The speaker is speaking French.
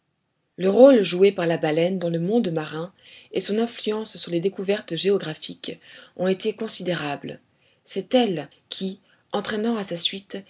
le rôle joué par la baleine dans le monde marin et son influence sur les découvertes géographiques ont été considérables c'est elle qui entraînant à sa suite